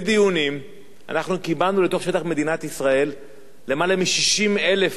קיבלנו לתוך שטח מדינת ישראל יותר מ-60,000 מסתננים.